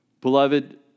Beloved